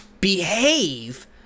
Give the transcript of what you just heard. behave